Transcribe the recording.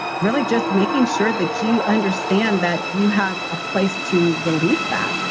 really just making sure that you understand that you have a place to release that.